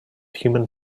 human